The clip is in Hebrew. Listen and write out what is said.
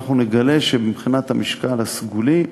נגלה שמבחינת המשקל הסגולי,